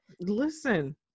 Listen